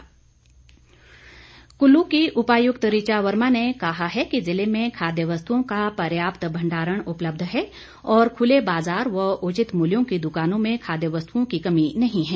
उपायुक्त कुल्लू की उपायुक्त ऋचा वर्मा ने कहा है कि जिले में खाद्य वस्तुओं का पर्याप्त भंडारण उपलब्ध है और खुले बाजार व उचित मूल्यों की दुकानों में खाद्य वस्तुओं की कमी नहीं है